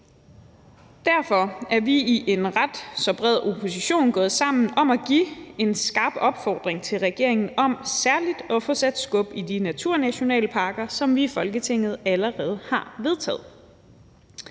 Derfor er vi i oppositionen ret så bredt gået sammen om at give en skarp opfordring til regeringen om særlig at få sat skub i de naturnationalparker, som vi i Folketinget allerede har vedtaget.